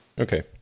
Okay